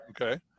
Okay